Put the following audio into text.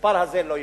המספר הזה לא ייבנה.